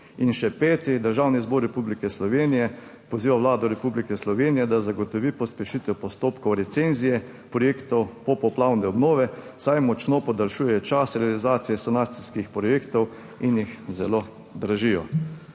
In še peti: Državni zbor Republike Slovenije poziva Vlado Republike Slovenije, da zagotovi pospešitev postopkov recenzije projektov popoplavne obnove, saj močno podaljšuje čas realizacije sanacijskih projektov in jih zelo dražijo.